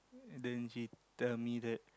then he tell me that